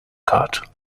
cut